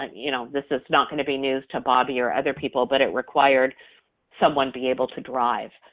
um you know, this is not gonna be news to bobby or other people but it required someone be able to drive.